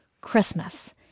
Christmas